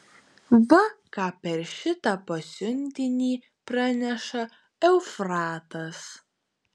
va ką per šitą pasiuntinį praneša eufratas